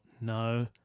No